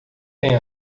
tem